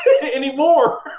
anymore